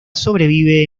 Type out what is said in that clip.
sobrevive